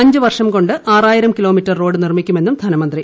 അഞ്ചു വർഷം കൊണ്ട് ആറായിരം കിലോമീറ്റർ റോഡ് നിർമ്മിക്കുമെന്ന് ധനമന്ത്രി